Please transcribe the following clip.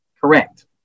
Correct